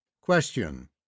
Question